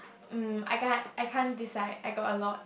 mm I can't I can't decide I got a lot